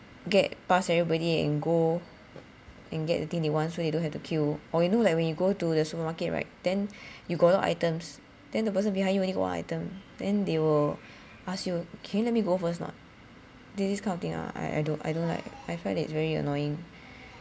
get past everybody and go and get the thing they want so they don't have to queue or you know like when you go to the supermarket right then you got a lot of items then the person behind you got only one item then they will ask you can you let me go first or not this this kind of thing ah I I don't I don't like I find that it's very annoying